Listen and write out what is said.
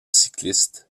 cycliste